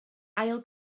ail